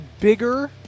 bigger